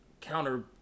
counter